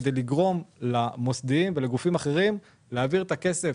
כדי לגרום למוסדיים ולגופים אחרים להעביר את הכסף